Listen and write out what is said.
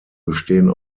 bestehen